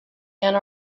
and